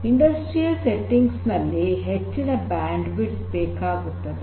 ಕೈಗಾರಿಕಾ ಸೆಟ್ಟಿಂಗ್ಸ್ ನಲ್ಲಿ ಹೆಚ್ಚಿನ ಬ್ಯಾಂಡ್ ವಿಡ್ತ್ ಬೇಕಾಗುತ್ತದೆ